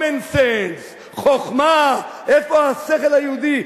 common sense, חוכמה, איפה השכל היהודי?